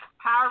Power